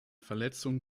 verletzung